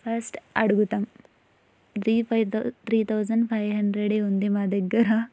first అడుగుతాం three five three thousand five hundred ఉంది మా దగ్గర